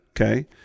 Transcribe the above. Okay